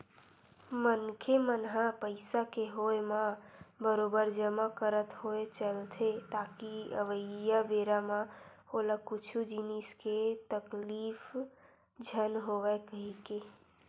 मनखे मन ह पइसा के होय म बरोबर जमा करत होय चलथे ताकि अवइया बेरा म ओला कुछु जिनिस के तकलीफ झन होवय कहिके